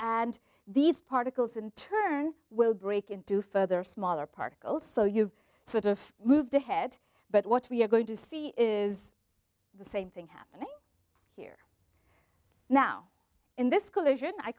and these particles in turn will break into further smaller particles so you sort of moved ahead but what we're going to see is the same thing happening here now in this co